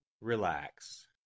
Relax